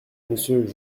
monsieur